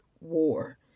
war